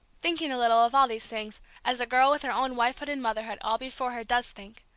thinking a little of all these things, as a girl with her own wifehood and motherhood all before her does think,